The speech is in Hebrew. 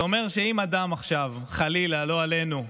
זה אומר שאם אדם, חלילה, לא עלינו,